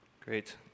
Great